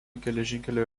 geležinkelio